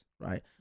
right